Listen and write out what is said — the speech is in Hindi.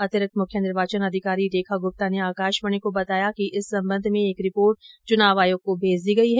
अतिरिक्त मुख्य निर्वाचन अधिकारी रेखा गुप्ता ने आकाशवाणी को बताया कि इस संबंध में एक रिपोर्ट चुनाव आयोग को भेज दी गई है